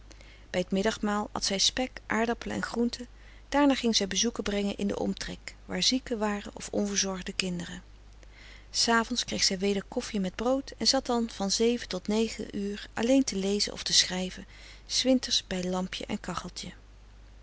bij t middagmaal at zij spek aardappelen en groenten daarna ging zij bezoeken brengen in den omtrek waar zieken waren of onverzorgde kinderen s avonds kreeg zij weder koffie met brood en zat dan van tot uur alleen te lezen of te schrijven s winters bij lampje en kacheltje